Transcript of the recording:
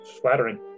flattering